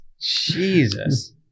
Jesus